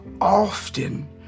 often